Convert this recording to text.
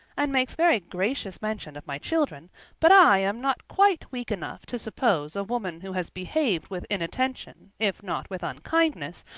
and makes very gracious mention of my children but i am not quite weak enough to suppose a woman who has behaved with inattention, if not with unkindness,